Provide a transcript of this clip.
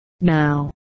now